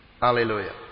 Hallelujah